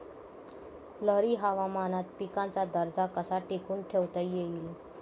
लहरी हवामानात पिकाचा दर्जा कसा टिकवून ठेवता येईल?